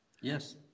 Yes